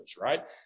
right